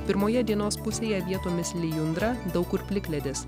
pirmoje dienos pusėje vietomis lijundra daug kur plikledis